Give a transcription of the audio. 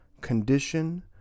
condition